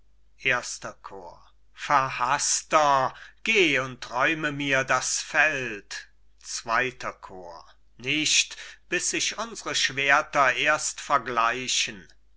erster chor cajetan verhaßter geh und räume mir das feld zweiter chor bohemund nicht bis sich unsre schwerter erst vergleichen